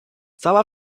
cała